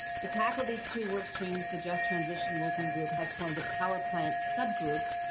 to tackle these two work streams the just transition working group has formed a power plant subgroup.